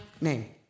name